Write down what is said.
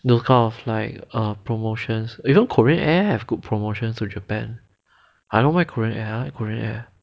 those kind of like err promotions you know korean air have good promotions to japan I don't mind korean air